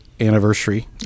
anniversary